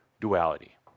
duality